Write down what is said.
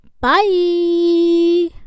bye